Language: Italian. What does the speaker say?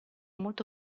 molto